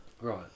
Right